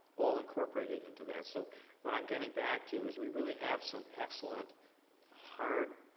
all incorporated into that. so what i'm getting back to is we really have some excellent hard